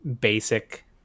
basic